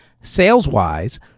Sales-wise